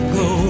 go